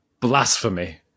blasphemy